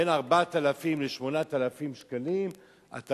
בין 4,000 שקלים ל-8,000 שקלים אתה